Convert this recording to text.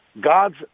God's